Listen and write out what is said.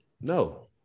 no